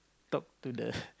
talk to the